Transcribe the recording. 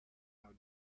how